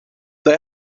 the